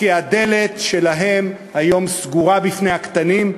כי הדלת שלהם היום סגורה בפני הקטנים,